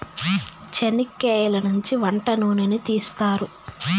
చనిక్కయలనుంచి వంట నూనెను తీస్తారు